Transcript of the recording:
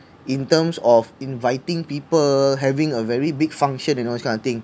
in terms of inviting people having a very big function you know these kind of thing